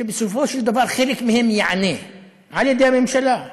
שבסופו של דבר חלק מהן ייענה על-ידי הממשלה,